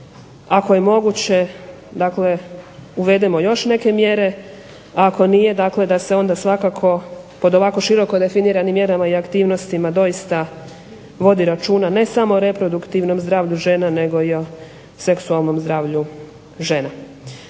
ako je moguće dakle uvedemo još neke mjere, a ako nije dakle da se onda svakako pod ovako široko definiranim mjerama i aktivnostima doista vodi računa ne samo o reproduktivnom zdravlju žena nego i o seksualnom zdravlju žena.